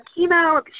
chemo